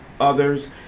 others